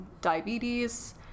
diabetes